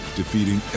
defeating